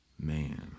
Man